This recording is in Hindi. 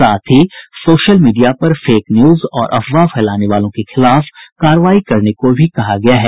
साथ ही सोशल मीडिया पर फेक न्यूज और अफवाह फैलाने वालों के खिलाफ कार्रवाई करने को भी कहा गया है